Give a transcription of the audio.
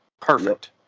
Perfect